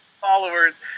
followers